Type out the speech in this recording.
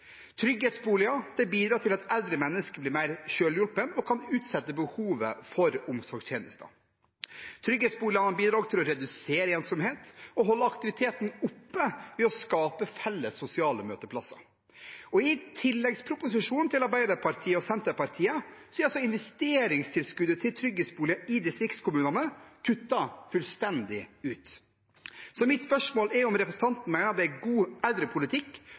trygghetsboliger òg i distriktene. Trygghetsboliger bidrar til at eldre mennesker blir mer selvhjulpne og kan utsette behovet for omsorgstjenester. Trygghetsboliger bidrar også til å redusere ensomhet og holde aktiviteten oppe ved å skape felles sosiale møteplasser. I tilleggsproposisjonen til Arbeiderpartiet og Senterpartiet er altså investeringstilskuddet til trygghetsboliger i distriktskommunene kuttet fullstendig ut. Mitt spørsmål er om representanten mener at det er god